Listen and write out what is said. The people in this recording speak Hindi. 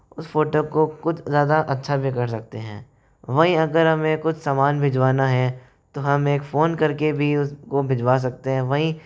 उस फोटो को कुद ज़्यादा अच्छा भी कर सकते हैं वहीं अगर हमें कुछ समान भिजवाना है तो हम एक फोन करके भी उसको भिजवा सकते हैं वहीं